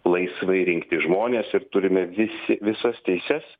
laisvai rinkti žmonės ir turime visi visas teises